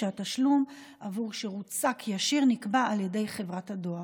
והתשלום בעבור שירות שק ישיר נקבע על ידי חברת הדואר.